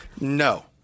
No